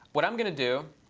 what i'm going to do